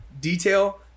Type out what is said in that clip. detail